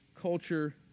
culture